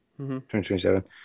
2027